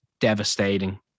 devastating